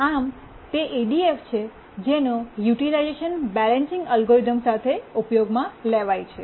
આમ તે ઇડીએફ છે જેનો યુટિલાઇઝેશન બૈલન્સિંગ અલ્ગોરિધમ સાથે ઉપયોગમાં લેવાય છે